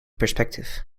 perspective